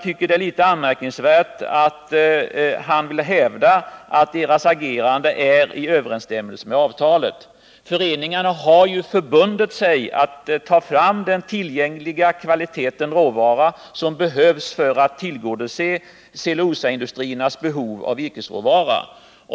Det är anmärkningsvärt att han vill hävda att deras agerande är i överensstämmelse med avtalet. Föreningarna har ju förbundit sig att ta fram den kvantitet råvara som behövs för att tillgodose cellulosaindustriernas behov av virkesråvara.